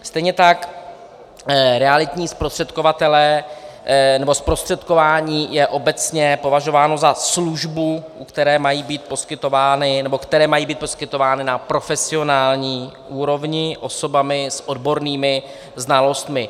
Stejně tak realitní zprostředkovatelé, nebo zprostředkování je obecně považováno za službu, u které mají být poskytovány, nebo které mají být poskytovány na profesionální úrovni osobami s odbornými znalostmi.